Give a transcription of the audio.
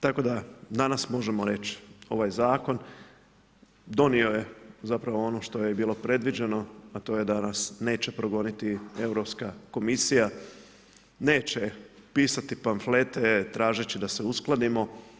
Tako da danas možemo reći, ovaj Zakon donio je zapravo ono što je bilo predviđeno, a to je da nas neće progoniti EK, neće pisati pamflete tražeći da se uskladimo.